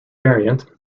variant